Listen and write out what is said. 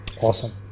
awesome